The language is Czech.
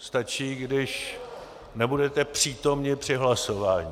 Stačí, když nebudete přítomni při hlasování.